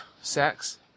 sex